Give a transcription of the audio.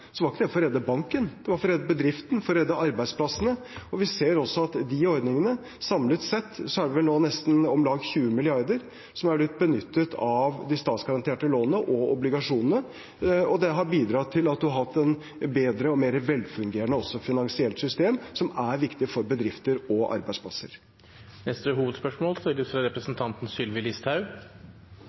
var ikke det for å redde banken, det var for å redde bedriften, for å redde arbeidsplassene. Vi ser også at med de ordningene samlet sett er det vel nå om lag 20 mrd. kr som er blitt benyttet av de statsgaranterte lånene og obligasjonene, og det har bidratt til at man har hatt et bedre og mer velfungerende finansielt system, som er viktig for bedrifter og arbeidsplasser. Vi går til neste hovedspørsmål.